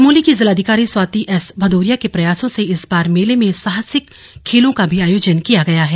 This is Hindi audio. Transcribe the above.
चमोली की जिलाधिकारी स्वाति एस भदौरिया के प्रयासों से इस बार मेले में साहसिक खेलों का भी आयोजन किया गया है